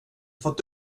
fått